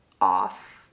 off